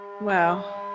wow